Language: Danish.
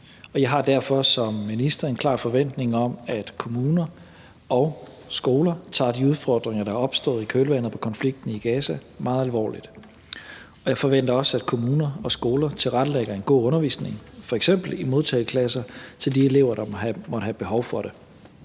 jeg har derfor som minister en klar forventning om, at kommuner og skoler tager de udfordringer, der er opstået i kølvandet på konflikten i Gaza, meget alvorligt. Jeg forventer også, at kommuner og skoler tilrettelægger en god undervisning, f.eks. i modtageklasser, til de elever, der måtte have et behov for det.